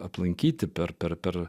aplankyti per per per